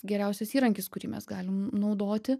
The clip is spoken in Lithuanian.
geriausias įrankis kurį mes galim naudoti